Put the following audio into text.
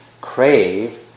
crave